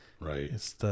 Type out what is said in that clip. Right